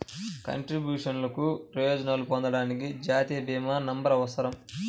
కంట్రిబ్యూషన్లకు ప్రయోజనాలను పొందడానికి, జాతీయ భీమా నంబర్అవసరం